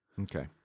Okay